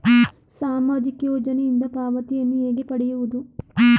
ಸಾಮಾಜಿಕ ಯೋಜನೆಯಿಂದ ಪಾವತಿಯನ್ನು ಹೇಗೆ ಪಡೆಯುವುದು?